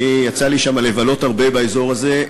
יצא לי לבלות הרבה שם באזור הזה,